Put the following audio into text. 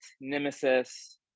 Nemesis